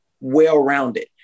well-rounded